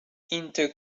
inte